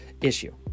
issue